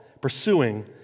pursuing